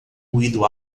ruído